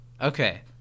Okay